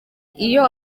iyo